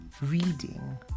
reading